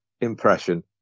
impression